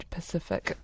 Pacific